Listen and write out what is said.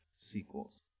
sequels